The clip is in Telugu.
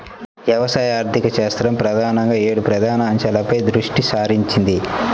వ్యవసాయ ఆర్థికశాస్త్రం ప్రధానంగా ఏడు ప్రధాన అంశాలపై దృష్టి సారించింది